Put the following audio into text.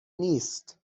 نیست